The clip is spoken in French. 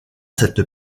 cette